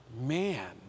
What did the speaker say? Man